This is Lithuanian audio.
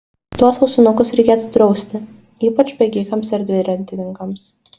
tuos ausinukus reikėtų drausti ypač bėgikams ir dviratininkams